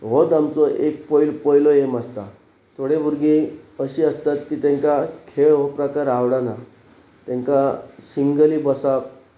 हो आमचो एक पयल पयलो एम आसता थोडे भुरगीं अशी आसतात की तांकां खेळ हो प्रकार आवडना तांकां सिंगली बसप